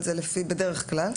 בדרך כלל,